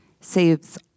saves